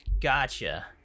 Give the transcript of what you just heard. gotcha